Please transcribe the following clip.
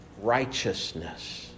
righteousness